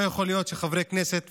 לא יכול להיות שחברי כנסת,